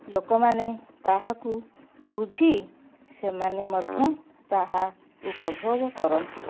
ଲୋକମାନେ ତାହାକୁ ବୁଝି ସେମାନେ ମଧ୍ୟ ତାହା ଉପଭୋଗ କରନ୍ତି